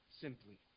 Simply